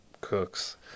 cooks